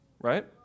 right